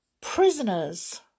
Prisoners